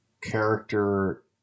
character